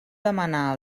demanar